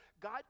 God